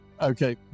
Okay